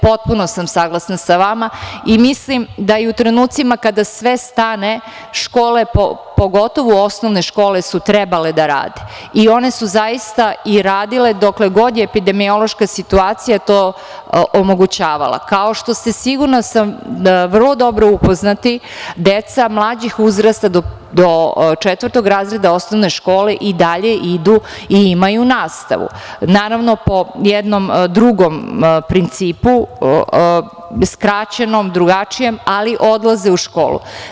Potpuno sam saglasna sa vama i mislim da u trenucima kada sve stane, škole, pogotovo osnovne škole, su trebale da rade i one su zaista radile dokle god je epidemiološka situacija to omogućavala, kao što ste, sigurna sam, vrlo dobro upoznati da deca mlađih uzrasta, do četvrtog razreda osnovne škole, i dalje idu i imaju nastavu, naravno, po jednom drugom principu, skraćenom, drugačijem, ali odlaze u školu.